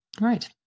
Right